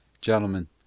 Gentlemen